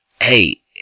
hey